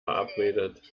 verabredet